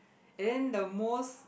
and then the most